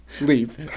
Leave